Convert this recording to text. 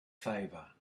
favor